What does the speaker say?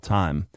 time